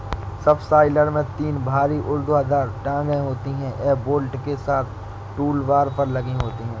subsoiler में तीन भारी ऊर्ध्वाधर टांगें होती हैं, यह बोल्ट के साथ टूलबार पर लगी होती हैं